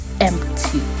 empty